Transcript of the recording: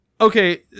Okay